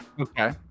Okay